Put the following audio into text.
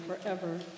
forever